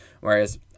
whereas